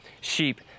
sheep